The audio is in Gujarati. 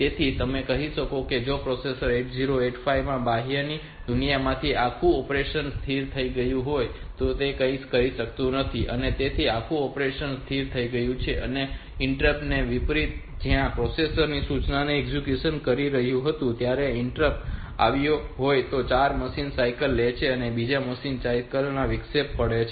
તેથી તમે કહી શકો કે જાણે પ્રોસેસર 8085 માં બહારની દુનિયામાંથી આ આખું ઑપરેશન સ્થિર થઈ ગયું હોય તો તે કંઈ કરતું નથી અને તેથી તે આખું ઑપરેશન સ્થિર થઈ ગયું છે અને ઈન્ટરપ્ટ થી વિપરીત કે જ્યાં જો પ્રોસેસર આ સૂચનાને એક્ઝિક્યુટ કરી રહ્યું હતું ત્યારે ઈન્ટરપ્ટ આવ્યો હોત તે 4 મશીન સાયકલ લે છે અને બીજી મશીન સાયકલ માં વિક્ષેપ થયો છે